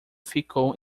ficou